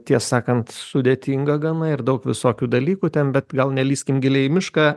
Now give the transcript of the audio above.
tiesą sakant sudėtinga gana ir daug visokių dalykų ten bet gal nelįskim giliai į mišką